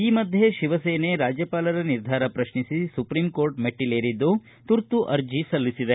ಈ ಮಧ್ಯೆ ಶೀವಸೇನೆ ರಾಜ್ಯಪಾಲರ ನಿರ್ಧಾರ ಶ್ರಶ್ನಿಸಿ ಸುಪ್ರೀಂಕೋರ್ಟ್ ಮೇಟ್ವಲೇರಿದ್ದು ತುರ್ತು ಅರ್ಜಿ ಸಲ್ಲಿಸಿದೆ